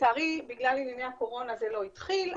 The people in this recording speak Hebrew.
לצערי בגלל ענייני הקורונה זה לא התחיל.